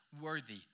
worthy